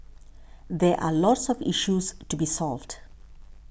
there are lots of issues to be solved